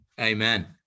Amen